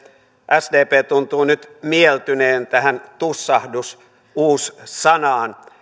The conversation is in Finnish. sdp tuntuu nyt mieltyneen tähän tussahdus uussanaan